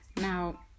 Now